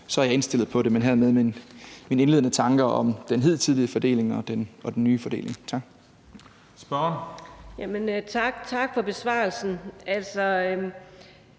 er jeg indstillet på det. Hermed mine indledende tanker om den hidtidige fordeling og den nye fordeling. Tak. Kl. 14:18 Den fg. formand